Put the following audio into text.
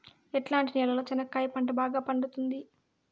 ఎట్లాంటి నేలలో చెనక్కాయ పంట బాగా పండుతుంది?